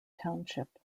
township